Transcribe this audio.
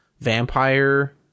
vampire